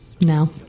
No